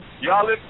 Y'all